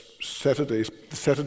Saturday's